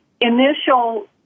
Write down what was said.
initial